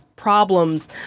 problems